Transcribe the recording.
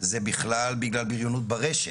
זה בכלל בגלל בריונות ברשת.